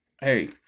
hey